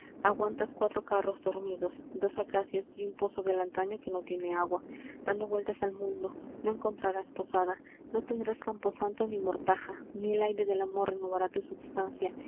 aguantas cuatro carros dormidos dos acacias y un pozo del antaño que no tiene agua dando vueltas al mundo no encontrarás posada no tendrás camposanto ni mortaja ni el aire del amor renovará tu substancia